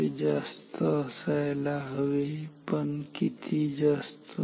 ते जास्त असायला हवे पण किती जास्त